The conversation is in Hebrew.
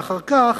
ואחר כך